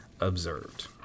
observed